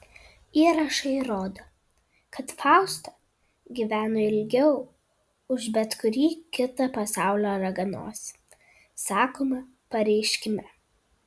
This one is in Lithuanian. įrašai rodo kad fausta gyveno ilgiau už bet kurį kitą pasaulio raganosį sakoma pareiškime